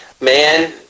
Man